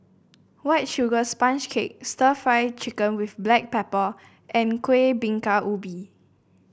White Sugar Sponge Cake stir Fry Chicken with Black Pepper and Kuih Bingka Ubi